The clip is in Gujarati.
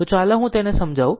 તો ચાલો હું તેને સમજાવું